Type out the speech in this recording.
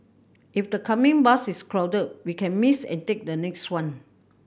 if the coming bus is crowded we can miss and take the next one